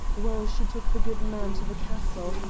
well, she took the goodman to the castle,